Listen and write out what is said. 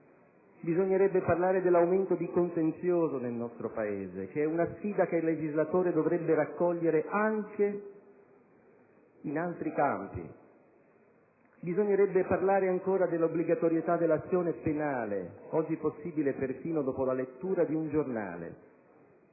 Bisognerebbe parlare dell'aumento di contenzioso nel nostro Paese, che è una sfida che il legislatore dovrebbe raccogliere anche in altri campi. Bisognerebbe parlare, ancora, dell'obbligatorietà dell'azione penale, oggi possibile perfino dopo la lettura di un giornale.